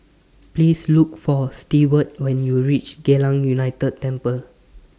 Please Look For Steward when YOU REACH Geylang United Temple